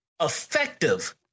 effective